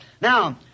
Now